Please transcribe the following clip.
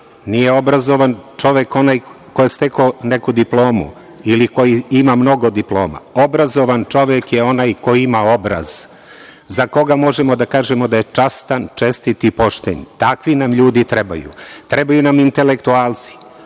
nije obrazovan čovek onaj ko je stekao neku diplomu ili koji ima mnogo diploma, obrazovan čovek je onaj čovek koji ima obraz, za koga možemo da kažemo da je častan, čestit i pošten. Takvi nam ljudi trebaju. Trebaju nam intelektualci,